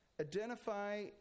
identify